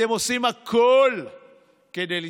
אתם עושים הכול כדי לשרוד.